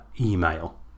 email